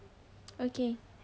okay